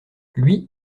lui